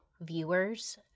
viewers